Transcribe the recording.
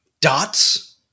dots